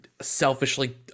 selfishly